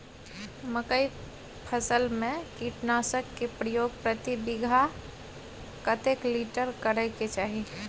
मकई फसल में कीटनासक के प्रयोग प्रति बीघा कतेक लीटर करय के चाही?